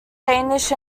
danish